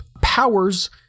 Powers